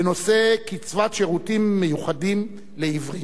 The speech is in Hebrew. בנושא: קצבת שירותים מיוחדים לעיוורים.